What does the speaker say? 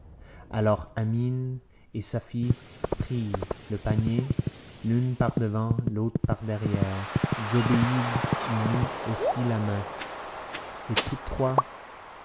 alors amine et safie prirent le panier l'une par-devant l'autre par-derrière zobéide y mit aussi la main et toutes trois